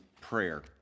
prayer